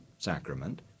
sacrament